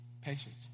Patience